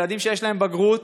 ילדים שיש להם בגרות,